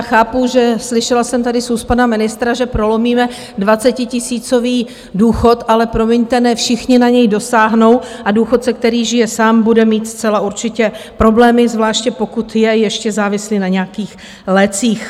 Chápu, že slyšela jsem tady z úst pana ministra, že prolomíme 20tisícový důchod, ale promiňte, ne všichni na něj dosáhnou, a důchodce, který žije sám, bude mít zcela určitě problémy, zvláště pokud je ještě závislý na nějakých lécích.